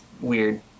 weird